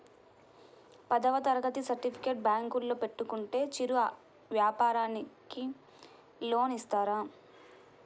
పదవ తరగతి సర్టిఫికేట్ బ్యాంకులో పెట్టుకుంటే చిరు వ్యాపారంకి లోన్ ఇస్తారా?